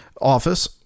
office